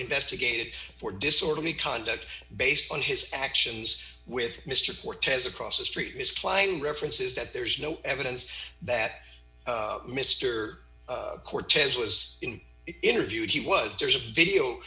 investigated for disorderly conduct based on his actions with mr porter has across the street his client references that there's no evidence that mr cortez was interviewed he was there's a video